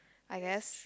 I guess